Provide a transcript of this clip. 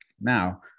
Now